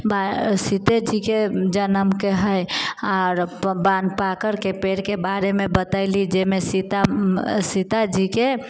सीतेजीके जन्मके है आओर बान पाकड़के पेड़के बारेमे बतैली जाहिमे सीता सीताजीके